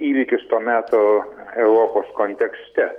įvykis to meto europos kontekste